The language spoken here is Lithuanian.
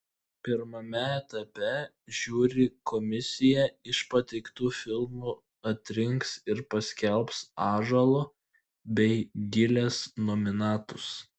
pirmame etape žiuri komisija iš pateiktų filmų atrinks ir paskelbs ąžuolo bei gilės nominantus